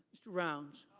mr. rounds.